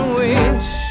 wish